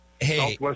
Hey